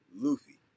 Luffy